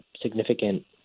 significant